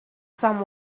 some